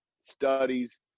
studies